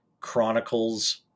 chronicles